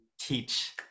teach